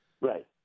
right